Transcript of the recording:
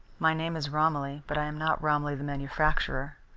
my name is romilly, but i am not romilly the manufacturer.